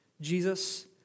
Jesus